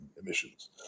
Emissions